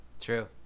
True